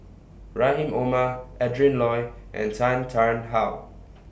Rahim Omar Adrin Loi and Tan Tarn How